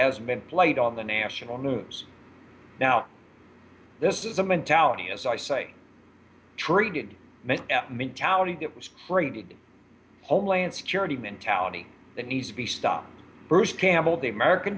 has been played on the national news now this is a mentality as i say treated me mentality it was freighted homeland security mentality that needs to be stopped bruce campbell the american